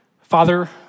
Father